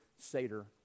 Seder